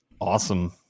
Awesome